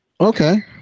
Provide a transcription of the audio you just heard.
Okay